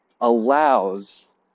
allows